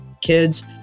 kids